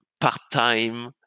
part-time